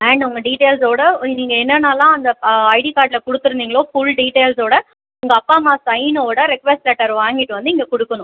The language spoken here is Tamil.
அண்ட் உங்கள் டீட்டெயில்ஸோடய நீங்கள் என்னென்னலாம் அந்த ஐடி கார்ட்டில் கொடுத்துருந்திங்களோ ஃபுல் டீட்டெயில்ஸோடய உங்கள் அப்பா அம்மா சைனோடு ரெக்வஸ்ட் லெட்டர் வாங்கிட்டு வந்து இங்கே கொடுக்கணும்